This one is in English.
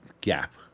gap